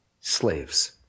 slaves